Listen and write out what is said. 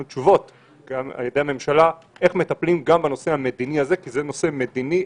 וגם כן כשיש איזו החלטה או פעולה שנעשית ביוזמה ממשלתית,